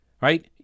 right